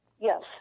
Yes